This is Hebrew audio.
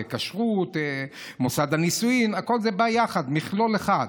כשרות, מוסד הנישואים, הכול בא יחד כמכלול אחד.